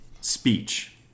Speech